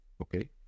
okay